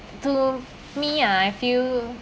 to me ah I feel